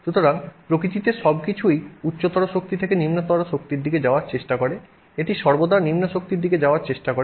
সুতরাং প্রকৃতিতে সবকিছুই উচ্চতর শক্তি থেকে নিম্নতর শক্তির দিকে যাওয়ার চেষ্টা করেএটি সর্বদা নিম্ন শক্তির দিকে যাওয়ার চেষ্টা করে